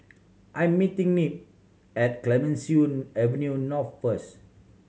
I'm meeting Nick at Clemenceau Avenue North first